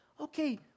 okay